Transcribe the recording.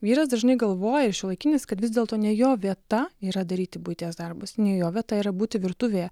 vyras dažnai galvoja šiuolaikinis kad vis dėlto ne jo vieta yra daryti buities darbus ne jo vieta yra būti virtuvėje